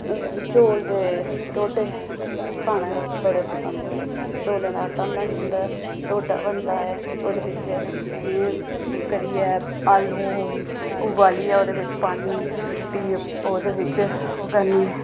चौल दे ढौडे खाना बड़े पसंद करदे चौले दा आटा होंदा निं उं'दे बिच पानी भी ओह्दे बिच करनी